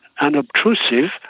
unobtrusive